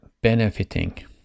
benefiting